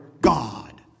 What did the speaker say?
God